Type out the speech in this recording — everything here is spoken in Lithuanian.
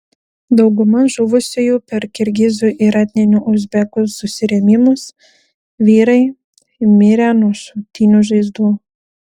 dauguma žuvusiųjų per kirgizų ir etninių uzbekų susirėmimus vyrai mirę nuo šautinių žaizdų